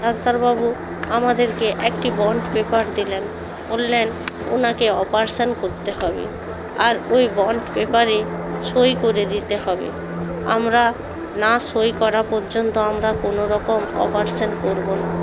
ডাক্তারবাবু আমাদেরকে একটি বন্ড পেপার দিলেন বললেন ওনাকে অপারশান করতে হবে আর ওই বন্ড পেপারে সই করে দিতে হবে আমরা না সই করা পর্যন্ত আমরা কোনো রকম অপারশান করবো না